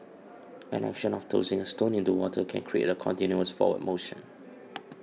an action of tossing a stone into water can create a continuous forward motion